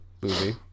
movie